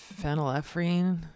phenylephrine